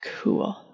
Cool